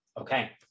Okay